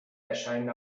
erscheinen